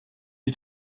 you